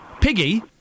Piggy